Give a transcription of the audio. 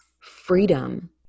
freedom